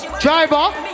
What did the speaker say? Driver